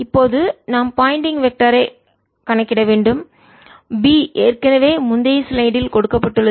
இப்போது நாம் Poynting vector திசையன் னைக் கணக்கிட வேண்டும் B ஏற்கனவே முந்தைய ஸ்லைடில் கொடுக்கப்பட்டுள்ளது